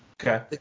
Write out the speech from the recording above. Okay